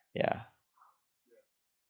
ya